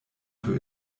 für